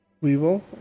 Weevil